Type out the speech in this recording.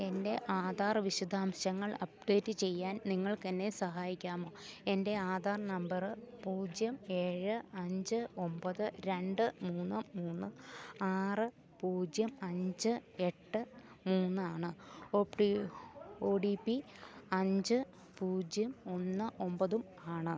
എൻ്റെ ആധാർ വിശദാംശങ്ങൾ അപ്ഡേറ്റ് ചെയ്യാൻ നിങ്ങൾക്കെന്നെ സഹായിക്കാമോ എൻ്റെ ആധാർ നമ്പര് പൂജ്യം ഏഴ് അഞ്ച് ഒമ്പത് രണ്ട് മൂന്ന് മൂന്ന് ആറ് പൂജ്യം അഞ്ച് എട്ട് മൂന്ന് ആണ് ഒ ടി പി അഞ്ച് പൂജ്യം ഒന്ന് ഒമ്പതുമാണ്